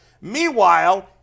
Meanwhile